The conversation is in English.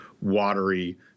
watery